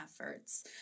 efforts